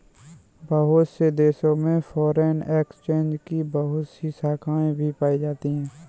बहुत से देशों में फ़ोरेन एक्सचेंज की बहुत सी शाखायें भी पाई जाती हैं